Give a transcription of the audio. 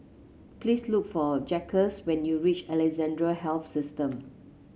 please look for Jacquez when you reach Alexandra Health System